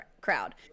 crowd